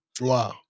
Wow